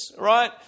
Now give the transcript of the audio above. right